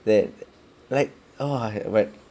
that like !wah! but